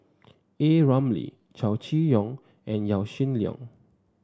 A Ramli Chow Chee Yong and Yaw Shin Leong